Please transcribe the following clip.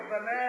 נו, באמת.